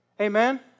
Amen